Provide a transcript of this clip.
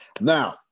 Now